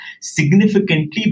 significantly